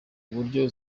uburyo